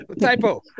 Typo